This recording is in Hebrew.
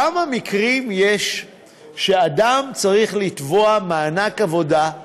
כמה מקרים יש שאדם צריך לתבוע מענק עבודה,